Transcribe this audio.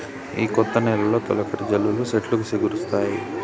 ఈ కొత్త నెలలో తొలకరి జల్లులకి సెట్లు సిగురిస్తాయి